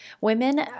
women